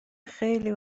خیلی